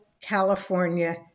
California